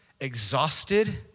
exhausted